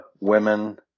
women